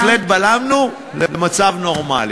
בהחלט בלמנו למצב נורמלי.